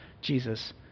Jesus